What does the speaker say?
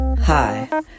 Hi